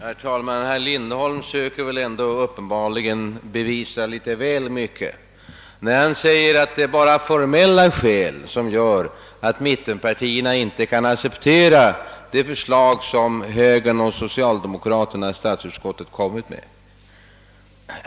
Herr talman! Herr Lindholm söker väl ändå bevisa litet väl mycket när han säger att det bara är av formella skäl som mittenpartierna inte kan acceptera det förslag som högerledamöterna och socialdemokraterna i statsutskottet framlagt.